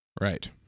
right